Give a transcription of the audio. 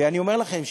ואני אומר לכם,